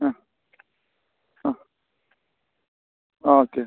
ആ ആ ഓക്കേ